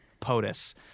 POTUS